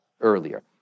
earlier